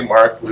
Mark